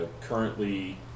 currently